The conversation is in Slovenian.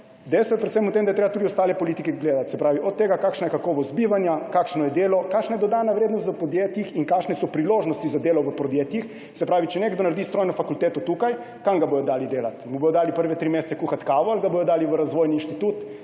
je predvsem v tem, da je treba gledati tudi ostale politike, od tega, kakšna je kakovost bivanja, kakšno je delo, kakšna je dodana vrednost v podjetjih in kakšne so priložnosti za delo v podjetjih. Se pravi, če nekdo naredi strojno fakulteto tukaj − kam ga bodo dali delati? Mu bodo dali prvi tri mesece kuhati kavo ali ga bodo dali v razvojni inštitut,